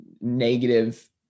negative